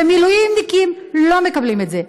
ומילואימניקים לא מקבלים את זה.